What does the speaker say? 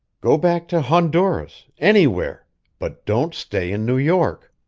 go back to honduras anywhere but don't stay in new york.